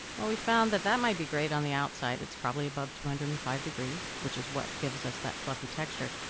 ah we found that that might be great on the outside it's probably above two hundred and five degrees, which is what gives us that fluffy texture.